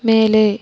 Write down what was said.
மேலே